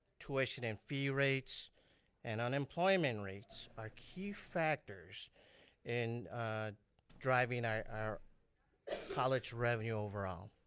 tuition and fee rates and unemployment rates are key factors in driving our our college revenue overall.